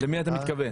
למי אתה מתכוון?